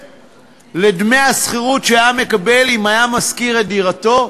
לדמי השכירות שהיה מקבל אם היה משכיר את דירתו,